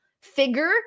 figure